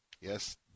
Yes